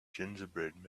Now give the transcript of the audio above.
gingerbread